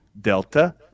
Delta